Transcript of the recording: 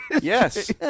Yes